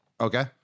okay